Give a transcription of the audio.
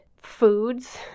foods